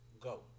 go